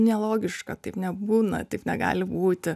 nelogiška taip nebūna taip negali būti